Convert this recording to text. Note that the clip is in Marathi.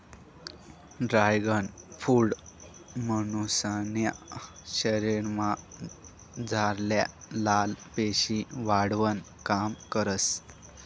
ड्रॅगन फ्रुट मानुसन्या शरीरमझारल्या लाल पेशी वाढावानं काम करस